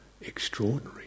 Extraordinary